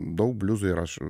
daug bliuzo įrašų